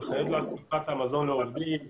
הנחיות לאספקת המזון לעובדים;